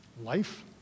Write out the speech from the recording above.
life